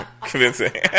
Convincing